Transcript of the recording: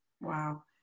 wow